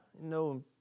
No